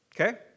okay